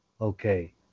Okay